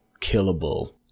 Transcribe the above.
killable